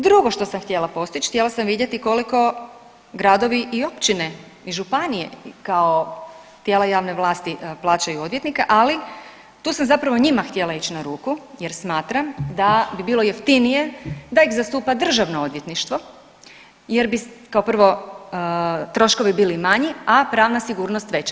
Drugo što sam htjela postići, htjela sam vidjeti koliko gradovi i općine i županije kao tijela javne vlasti plaćaju odvjetnike, ali tu sam zapravo njima htjela ići na ruku jer smatram da bi bilo jeftinije da ih zastupa Državno odvjetništvo jer bi kao prvo troškovi bili manji, a pravna sigurnost veća.